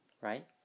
right